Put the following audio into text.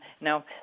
Now